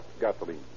gasoline